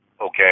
Okay